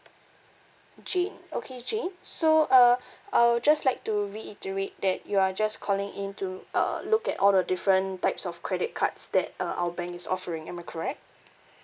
jane okay jane so uh I would just like to reiterate that you are just calling in to uh look at all the different types of credit cards that uh our bank is offering am I correct